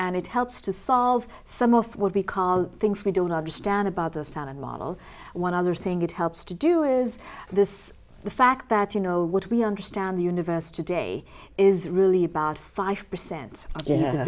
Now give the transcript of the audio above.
and it helps to solve some of what we call things we don't understand about the saturn model one other thing it helps to do is this the fact that you know what we understand the universe today is really about five percent ye